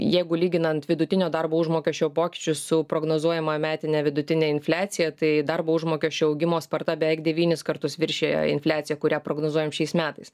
jeigu lyginant vidutinio darbo užmokesčio pokyčius su prognozuojama metine vidutine infliacija tai darbo užmokesčio augimo sparta beveik devynis kartus viršija infliaciją kurią prognozuojam šiais metais